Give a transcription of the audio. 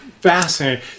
Fascinating